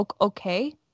okay